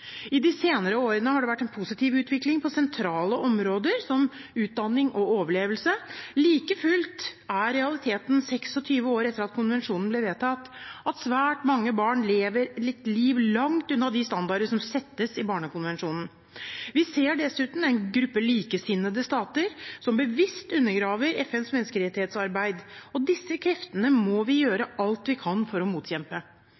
I de senere årene har det vært en positiv utvikling på sentrale områder som utdanning og overlevelse. Like fullt er realiteten, 26 år etter at konvensjonen ble vedtatt, at svært mange barn lever et liv langt unna de standarder som settes i Barnekonvensjonen. Vi ser dessuten en gruppe likesinnede stater som bevisst undergraver FNs menneskerettighetsarbeid. Disse kreftene må vi gjøre alt vi kan for å motkjempe.